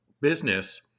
business